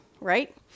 right